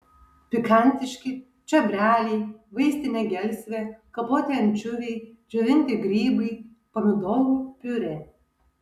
pikantiški čiobreliai vaistinė gelsvė kapoti ančiuviai džiovinti grybai pomidorų piurė